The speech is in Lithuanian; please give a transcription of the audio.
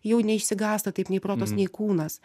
jau neišsigąsta taip nei protas nei kūnas